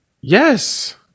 yes